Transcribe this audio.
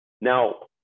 Now